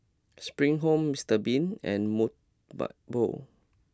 Spring Home Mister Bean and Mobot